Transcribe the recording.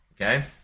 Okay